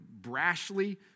brashly